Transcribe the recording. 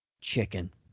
Chicken